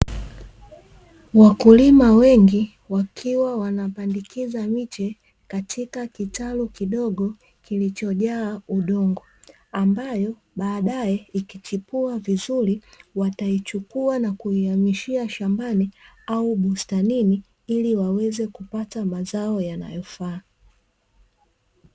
Wakulima wengi wakiwa wanapandikiza miche katika kitalu kidogo kilichojaa udongo, ambayo baadae ikichipua vizuri wataichukua na kuihamishia shambanj au bustanini ili waweze kupata mazao yanayofaa.